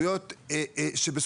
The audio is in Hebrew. שיביאו,